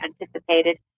anticipated